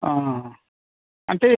అంటే